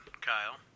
Kyle